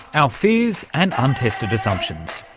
our fears and untested assumptions.